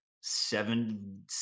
seven